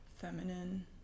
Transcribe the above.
feminine